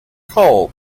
cold